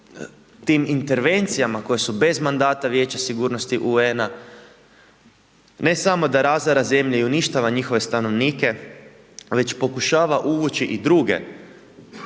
tim intervencijama, koji su bez mandata Vijeće sigurnosti UN-a, ne samo da razara zemlju i uništava njihove stanovnike, već pokušava uvući i druge